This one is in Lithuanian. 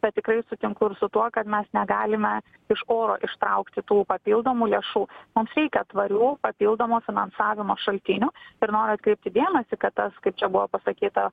bet tikrai sutinku ir su tuo kad mes negalime iš oro ištraukti tų papildomų lėšų mums reikia tvarių papildomo finansavimo šaltinių ir noriu atkreipti dėmesį kad tas kaip čia buvo pasakyta